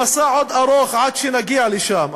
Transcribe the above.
המסע עוד ארוך עד שנגיע לשם,